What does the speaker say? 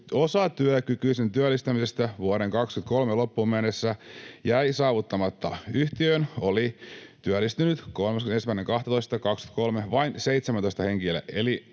osatyökykyisen työllistämisestä vuoden 23 loppuun mennessä jäi saavuttamatta. Yhtiöön oli työllistynyt 31.12.2023 vain 17 henkilöä,